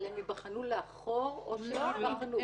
אבל הם ייבחנו לאחור או שרק ---?